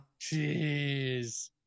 jeez